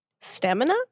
Stamina